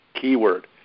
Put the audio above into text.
keyword